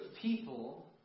people